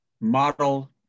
model